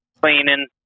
cleaning